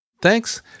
Thanks